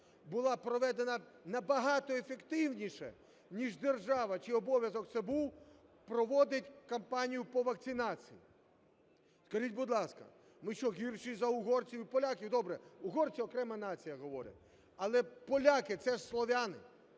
була проведена набагато ефективніше, ніж держава, чий обов'язок був проводити кампанію по вакцинації. Скажіть, будь ласка, ми що, гірші за угорців і поляків? Добре, угорці – окрема нація, говорять. Але поляки - це ж слов'яни,